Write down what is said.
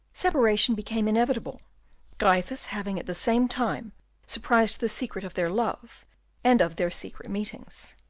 separation became inevitable gryphus having at the same time surprised the secret of their love and of their secret meetings.